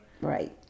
Right